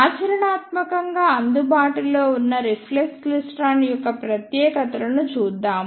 ఆచరణాత్మకంగా అందుబాటులో ఉన్న రిఫ్లెక్స్ క్లైస్ట్రాన్ యొక్క ప్రత్యేకతలను చూద్దాము